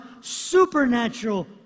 supernatural